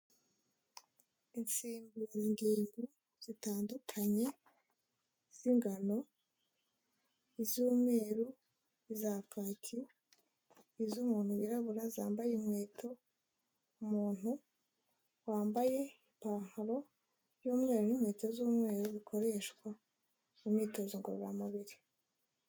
Insimburangingo zitandukanye z'ingano, iz'umweru iza kacyi, iz'umuntu wirabura zambaye inkweto, umuntu wambaye ipantaro y'umweru n'inkweto z'umweru bikoreshwa mu myitozo ngororamubiri.